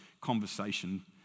conversation